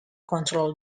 control